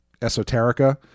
esoterica